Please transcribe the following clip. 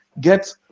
Get